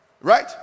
right